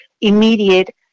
immediate